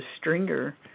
stringer